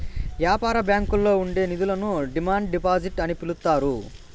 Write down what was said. యాపార బ్యాంకుల్లో ఉండే నిధులను డిమాండ్ డిపాజిట్ అని పిలుత్తారు